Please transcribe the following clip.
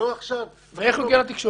אז איך הוא הגיע לתקשורת?